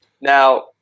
Now